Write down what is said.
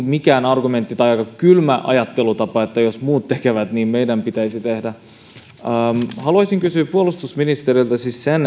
mikään argumentti tai se on aika kylmä ajattelutapa että jos muut tekevät niin meidän pitäisi tehdä haluaisin kysyä puolustusministeriltä